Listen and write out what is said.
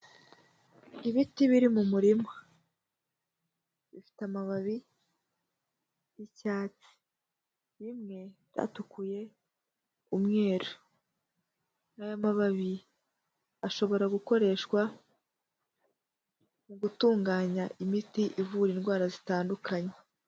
Ibiti biri mu murima bifite amababi y'icyatsi, bimwe byatukuye umweru, aya mababi ashobora gukoreshwa mu gutunganya imiti ivura indwara zitandukanye.